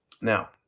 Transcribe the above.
Now